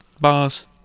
bars